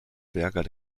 berger